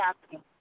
happening